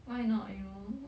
why not you know